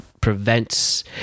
prevents